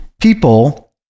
people